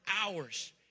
hours